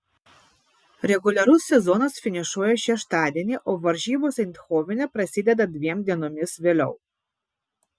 reguliarus sezonas finišuoja šeštadienį o varžybos eindhovene prasideda dviem dienomis vėliau